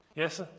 Yes